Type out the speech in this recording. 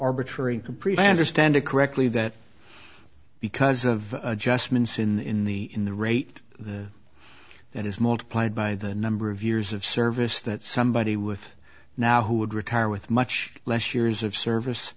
or stand it correctly that because of adjustments in the in the rate that is multiplied by the number of years of service that somebody with now who would retire with much less years of service